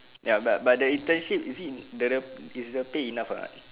ya but but the internship is it in the the is the pay enough or not